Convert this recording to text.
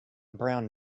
brown